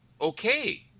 okay